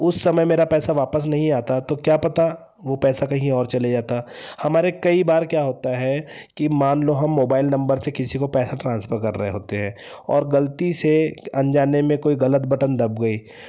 उस समय मेरा पैसा वापस नहीं आता तो क्या पता वह पैसा कहीं और चले जाता हमारे कई बार क्या होता है कि मान लो हम मोबाइल नम्बर से किसी को पैसे ट्रांसफर कर रहे होते हैं और गलती से अनजाने में कोई गलत बटन दब गई